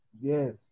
Yes